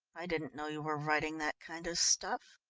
i didn't know you were writing that kind of stuff.